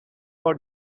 for